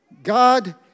God